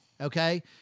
Okay